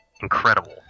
incredible